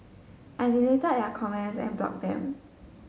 I deleted their comments and block them